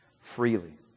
freely